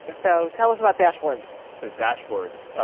but so, tell us about dashboards. so dashboards.